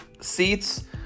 seats